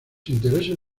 intereses